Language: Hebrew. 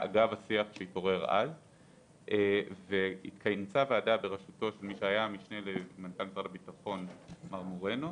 ב-2018 התכנסה ועדה ברשות מר מורנו,